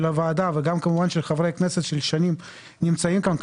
הוועדה וגם כמובן של חברי הכנסת ששנים נמצאים כאן.